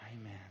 amen